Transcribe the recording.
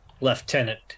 Lieutenant